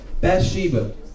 Bathsheba